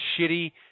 shitty